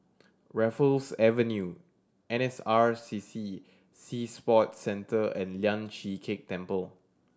Raffles Avenue N S R C C Sea Sports Centre and Lian Chee Kek Temple